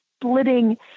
splitting